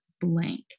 blank